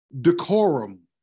decorum